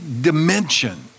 dimension